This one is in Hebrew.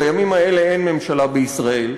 בימים האלה אין ממשלה בישראל.